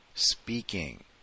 Speaking